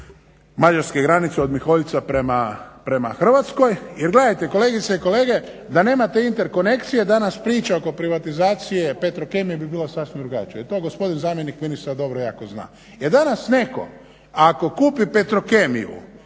mađarske granice, od Miholjca prema Hrvatskoj. Jer gledajte kolegice i kolege, da nema te interkonekcije danas priča oko privatizacije Petrokemije bi bila sasvim drugačija i to gospodin zamjenik dobro jako zna. Jer danas netko ako kupi Petrokemiju